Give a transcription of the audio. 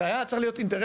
זה היה צריך להיות אינטרס,